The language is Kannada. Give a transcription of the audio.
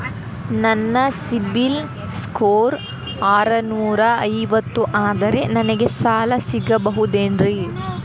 ನನ್ನ ಸಿಬಿಲ್ ಸ್ಕೋರ್ ಆರನೂರ ಐವತ್ತು ಅದರೇ ನನಗೆ ಸಾಲ ಸಿಗಬಹುದೇನ್ರಿ?